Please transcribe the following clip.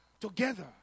together